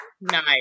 Nice